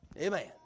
Amen